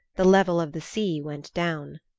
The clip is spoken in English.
the level of the sea went down.